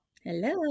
Hello